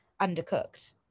undercooked